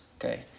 Okay